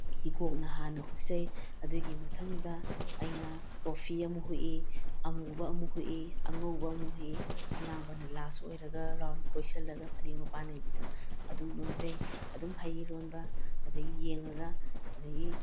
ꯍꯤꯒꯣꯛꯅ ꯍꯥꯟꯅ ꯍꯨꯛꯆꯩ ꯑꯗꯨꯒꯤ ꯃꯊꯪꯗ ꯑꯩꯅ ꯀꯣꯐꯤ ꯑꯃꯨꯛ ꯍꯨꯛꯏ ꯑꯃꯨꯕ ꯑꯃꯨꯛ ꯍꯨꯛꯏ ꯑꯉꯧꯕ ꯑꯃꯨꯛ ꯍꯨꯛꯏ ꯑꯉꯥꯡꯕꯅ ꯂꯥꯁ ꯑꯣꯏꯔꯒ ꯔꯥꯎꯟ ꯀꯣꯏꯁꯤꯜꯂꯒ ꯐꯅꯦꯛ ꯃꯄꯥꯟ ꯅꯥꯏꯕꯤꯗꯣ ꯑꯗꯨꯝ ꯂꯣꯟꯖꯩ ꯑꯗꯨꯝ ꯍꯩ ꯂꯣꯟꯕ ꯑꯗꯒꯤ ꯌꯦꯡꯉꯒ ꯑꯗꯒꯤ